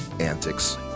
antics